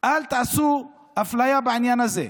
אל תעשו אפליה בעניין הזה.